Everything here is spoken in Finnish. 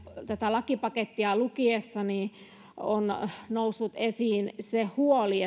tätä lakipakettia lukiessani on noussut esiin se huoli